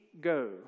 go